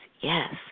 yes